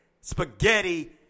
spaghetti